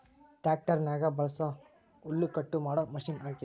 ಟ್ಯಾಕ್ಟರ್ನಗ ಬಳಸೊ ಹುಲ್ಲುಕಟ್ಟು ಮಾಡೊ ಮಷಿನ ಅಗ್ಯತೆ